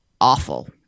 awful